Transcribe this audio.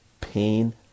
pain